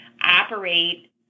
operate